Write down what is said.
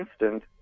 instant